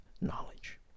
knowledge